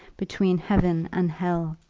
between heaven and hell?